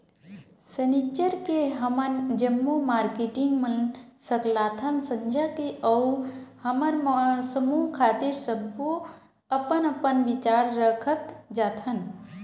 सनिच्चर के हमन जम्मो मारकेटिंग मन सकलाथन संझा के अउ हमर समूह खातिर सब्बो अपन अपन बिचार रखत जाथन